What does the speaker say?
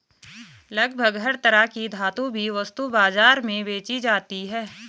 लगभग हर तरह की धातु भी वस्तु बाजार में बेंची जाती है